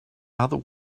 other